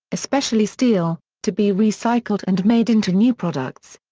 especially steel, to be recycled and made into new products.